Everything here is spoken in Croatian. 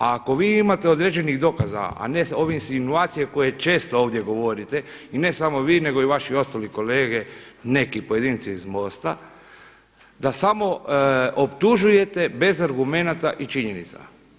A ako vi imate određenih dokaza, a ne ove insinuacije koje često ovdje govorite i ne samo vi nego i vaši ostali kolege, neki pojedinci iz MOST-a, da samo optužujete bez argumenata i činjenica.